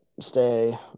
stay